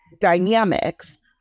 dynamics